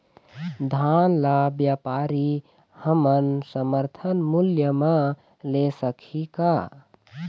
धान ला व्यापारी हमन समर्थन मूल्य म ले सकही का?